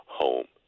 home